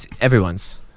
everyone's